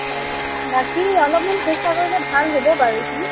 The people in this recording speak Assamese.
হয় হয় বাকী অলপমান চেষ্টা কৰিলে ভাল হ'ব বাৰু সি